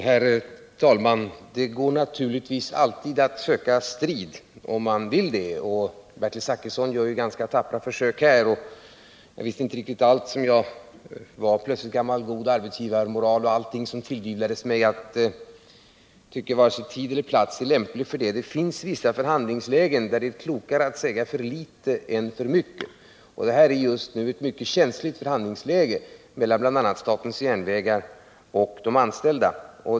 Herr talman! Det går naturligtvis alltid att söka strid om man vill det, och Bertil Zachrisson gör ju ganska tappra försök här. Jag vet inte riktigt allt vad som tillvitades mig om gammal god arbetsgivarmoral och annat. Jag tycker det finns varken plats eller tid för det. Det finns vissa förhandlingslägen där det är klokare att säga för litet än för mycket. Det här är ett mycket känsligt förhandlingsläge mellan bl.a. statens järnvägar och de anställda.